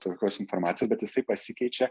tokios informacijos bet jisai pasikeičia